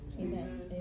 Amen